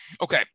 okay